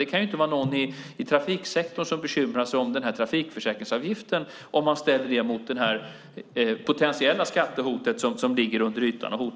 Det kan inte vara någon i trafiksektorn som bekymrar sig om trafikförsäkringsavgiften om man ställer det mot det här potentiella skattehotet som ligger under ytan.